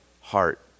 heart